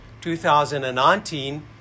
2019